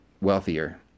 wealthier